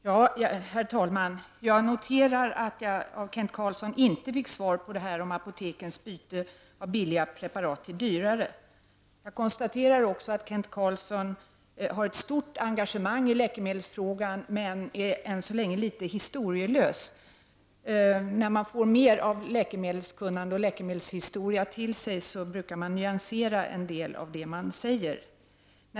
Herr talman! Jag noterar att jag inte fick något svar från Kent Carlsson på frågan om apotekens byte av billiga preparat till dyrare. Jag konstaterar att Kent Carlsson har ett stort engagemang i läkemedelsfrågan men att han än så länge är litet historielös. När man har tagit till sig mer läkemedelskunnande och läkemedelshistoria brukar man nyansera en del av det man säger.